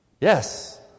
Yes